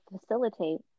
facilitate